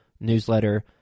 newsletter